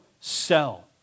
sell